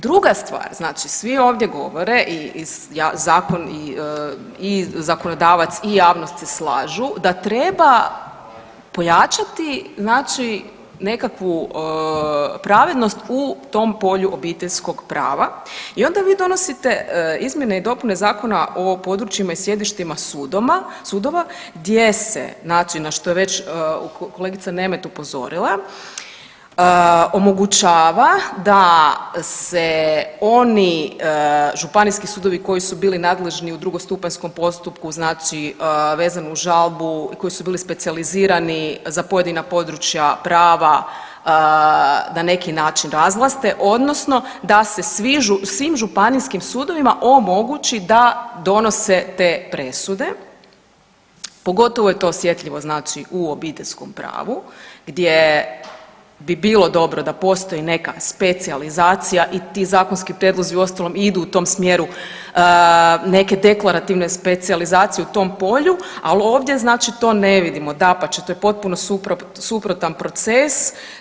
Druga stvar, znači svi ovdje govore i zakonodavac i javnost se slažu da treba pojačati znači nekakvu pravednost u tom polju obiteljskog prava i onda vi donosite izmjene i dopune Zakona o područjima i sjedištima sudova gdje se znači na što je već kolegica Nemet upozorila omogućava da se oni županijski sudovi koji su bili nadležni u drugostupanjskom postupku znači vezani uz žalbu, koji su bili specijalizirani za pojedina područja prava da neki način razvlaste odnosno da se svim županijskim sudovima omogući da donose te presude, pogotovo je to osjetljivo znači u obiteljskom pravu gdje bi bilo dobro da postoji neka specijalizacija i ti zakonski prijedlozi uostalom idu u tom smjeru neke deklarativne specijalizacije u tom polju, al ovdje znači to ne vidimo, dapače to je potpuno suprotan proces.